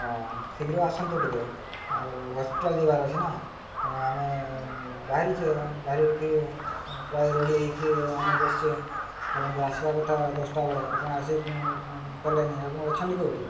ହଁ ଶୀଘ୍ର ଆସନ୍ତୁ ଟିକେ ଆଉ ହସ୍ପିଟାଲ୍ ଯିବାର ଅଛି ନା ତେଣୁ ଆମେ ବାହାରିଛେ ବାହାରିକି ପ୍ରାୟ ରେଡ଼ି ହେଇକି ଆମେ ବସିଛେ ଆପଣଙ୍କର ଆସିବା କଥା ଦଶଟା ବେଳେ ଆପଣ ଆସି କଲେନି ଆପଣ ଅଛନ୍ତି ଟିକେ କୋଉଠି